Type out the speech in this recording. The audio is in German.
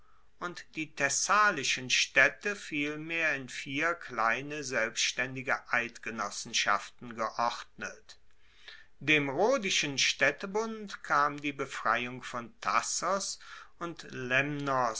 und die thessalischen staedte vielmehr in vier kleine selbstaendige eidgenossenschaften geordnet dem rhodischen staedtebund kam die befreiung von thasos und